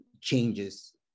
changes